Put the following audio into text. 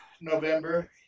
November